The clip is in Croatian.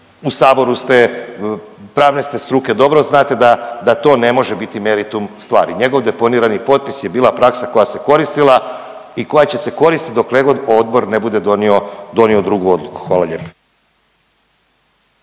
u saboru ste, pravne ste struke, dobro znate da to ne može biti meritum stvari nego deponirani potpis je bila praksa koja se koristila i koja će se koristiti dokle god odbor ne bude donio, donio drugu odluku. Hvala lijepo.